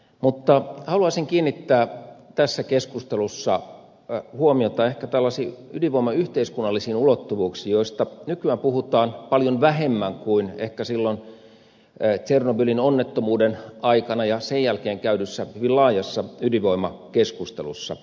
mutta haluaisin kiinnittää tässä keskustelussa huomiota ehkä tällaisiin ydinvoiman yhteiskunnallisiin ulottuvuuksiin joista nykyään puhutaan paljon vähemmän kuin ehkä silloin tsernobylin onnettomuuden aikana ja sen jälkeen käydyssä hyvin laajassa ydinvoimakeskustelussa